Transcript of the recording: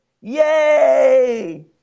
Yay